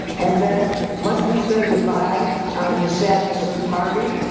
and then, must we say goodbye on the sadness of parting.